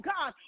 God